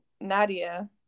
Nadia